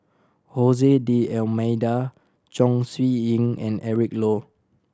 D'Almeida Chong Siew Ying and Eric Low